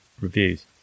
reviews